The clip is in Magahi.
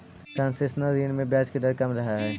कंसेशनल ऋण में ब्याज दर कम रहऽ हइ